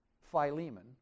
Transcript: Philemon